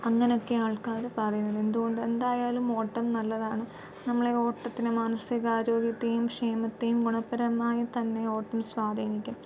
അങ്ങനൊക്കെ ആൾക്കാർ പറയുന്നത് എന്തുകൊണ്ട് എന്തായാലും ഓട്ടം നല്ലതാണ് നമ്മളെ ഓട്ടത്തിന് മനസികാരോഗ്യത്തെയും ക്ഷേമത്തെയും ഗുണപരമായി തന്നെ ഓട്ടം സ്വാധീനിക്കുന്നു